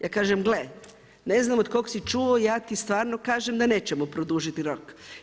Ja kažem gle ne znam od kog si čuo ja ti stvarno kažem da nećemo produžiti rok.